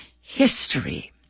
history